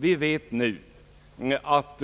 Vi vet nu att